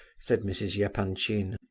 said mrs. yeah epanchin,